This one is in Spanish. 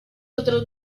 otros